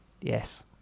Yes